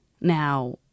Now